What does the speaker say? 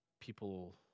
people